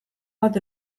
bat